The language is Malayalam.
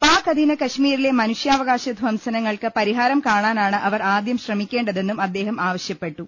പാക്ക് അധീന കശ്മീരിലെ മനുഷ്യാ വകാശ ധംസനങ്ങൾക്ക് പരിഹാരം കാണാനാണ് അവർ ആദ്യം ശ്രമിക്കേണ്ടതെന്നും അദ്ദേഹം ആവശ്യപ്പെട്ടു